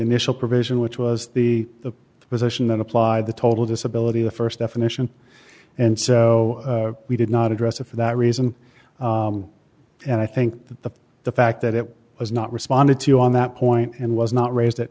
initial provision which was the the position then applied the total disability the st definition and so we did not address it for that reason and i think that the the fact that it was not responded to on that point and was not raise